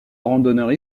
randonneurs